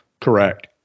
Correct